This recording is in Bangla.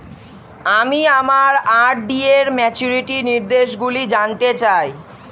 আমি আমার আর.ডি র ম্যাচুরিটি নির্দেশগুলি জানতে চাই